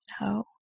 no